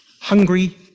hungry